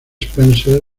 spencer